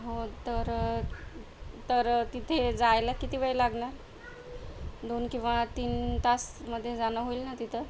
हो तर तर तिथे जायला किती वेळ लागणार दोन किंवा तीन तासामध्ये जाणं होईल ना तिथं